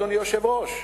אדוני היושב-ראש,